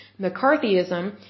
McCarthyism